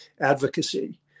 advocacy